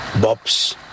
Bob's